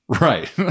Right